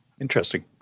Interesting